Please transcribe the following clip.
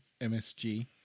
MSG